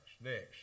Next